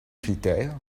critère